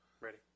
ready